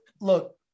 Look